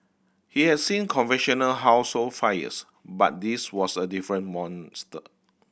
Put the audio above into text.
he has seen conventional household fires but this was a different monster